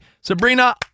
Sabrina